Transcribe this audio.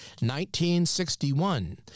1961